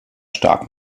stark